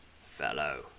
fellow